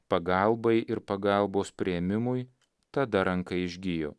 pagalbai ir pagalbos priėmimui tada ranka išgijo